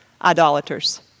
Idolaters